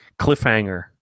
Cliffhanger